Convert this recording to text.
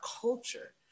culture